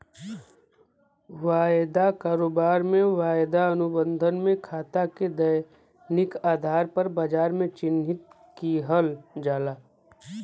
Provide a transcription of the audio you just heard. वायदा कारोबार में, वायदा अनुबंध में खाता के दैनिक आधार पर बाजार में चिह्नित किहल जाला